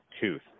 tooth